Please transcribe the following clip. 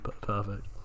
perfect